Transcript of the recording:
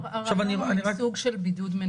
נכון להסדיר את זה בתוך צו הבידוד.